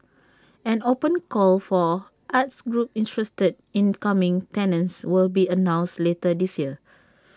an open call for arts groups interested in becoming tenants will be announced later this year